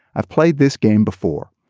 i've played this game before.